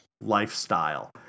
lifestyle